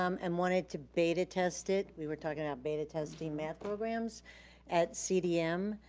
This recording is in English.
um and wanted to beta test it. we were talking about beta testing math programs at cdm.